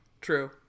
True